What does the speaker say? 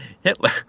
Hitler